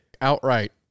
outright